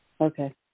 Okay